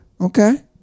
Okay